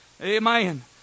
Amen